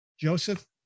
Joseph